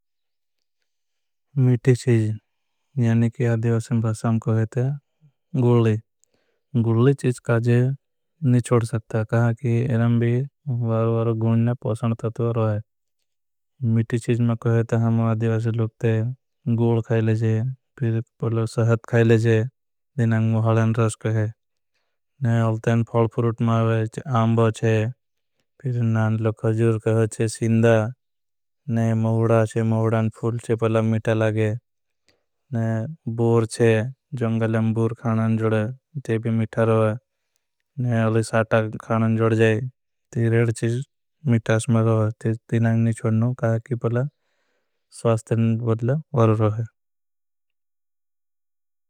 मीठी शीज यानि कि आधिवासे भासाम कोहेते गुली। गुलीशीज काजे नहीं छोड़ सकता कि इरां भी वारु। वारु गुलने पॉसंद तत्वर है शीज में कोहेते हम आधिवासे। लोगते गुल खाईलेजे पबलो सहत। खाईलेजे दिनांग मुहलेन रस कोहे औलतेन फॉल फॉरूट। मावें आमबो छे नानलो खजूर कोहे छे सिंदा महुडा छे। महुडान फूल छे पबला मिठा लागे बोर छे बूर खाणान। जोड़े ते भी मिठा रहा है अलगी साटा खाणान जोड़े जाए। रेड़ चीज मिठा समय रहा है ती दिनांग। नहीं छोड़ना कहा की पबला स्वास्तेन बदला वर रहा है।